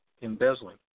embezzling